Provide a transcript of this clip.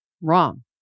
Wrong